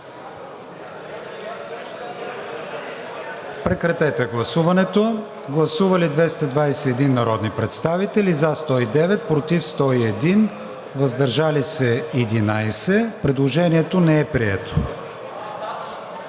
сме за гласуване. Гласували 223 народни представители: за 87, против 121, въздържали се 15. Предложението не е прието.